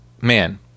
man